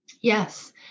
Yes